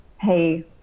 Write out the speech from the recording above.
Hey